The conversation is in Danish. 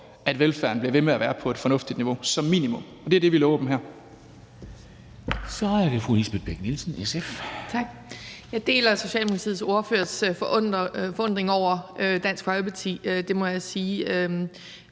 at velfærden bliver ved med at være på et fornuftigt niveau, som minimum. Og det er det, vi lover dem her.